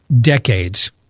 decades